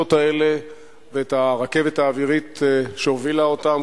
האלה ואת הרכבת האווירית שהובילה אותם.